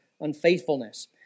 unfaithfulness